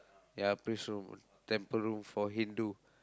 ya priest room temple room for Hindu